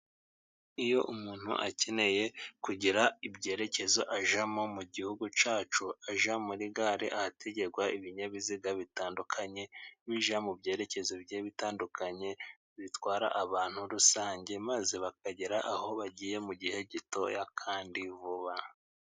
Iyo umuntu akeneye kugira ibyerekezo ajyamo mu Gihugu cyacu, ajya muri gare ahategerwa ibinyabiziga bitandukanye, bijya mu byerekezo bigiye bitandukanye bitwara abantu rusange, maze bakagera aho bagiye mu gihe gitoya kandi vuba.